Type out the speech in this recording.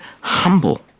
humble